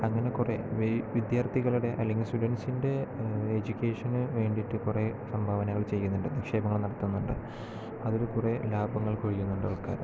അങ്ങനെ കുറേ വിദ്യാർത്ഥികളുടെ അല്ലെങ്കിൽ സ്റ്റുഡൻറ്സ്ൻ്റെ എഡ്യൂക്കേഷന് വേണ്ടിട്ട് കുറേ സംഭാവനകൾ ചെയ്യുന്നുണ്ട് നിക്ഷേപണങ്ങൾ നടത്തുന്നുണ്ട് അവര് കുറേ ലാഭങ്ങൾ കൊയ്യുന്നുണ്ട്